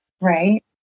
right